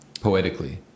poetically